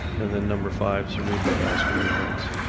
and then number five, cerebral vascular events.